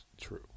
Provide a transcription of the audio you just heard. true